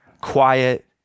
quiet